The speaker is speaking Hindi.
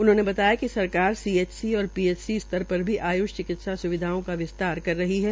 उन्होनं बताया कि सरकार सीएससी और पीएचसी स्तर र भी आय्ष चिकित्सा स्विधाओं का विस्तार कर रही है